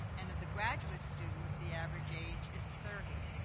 and of the graduate students, the average age is thirty.